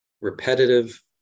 repetitive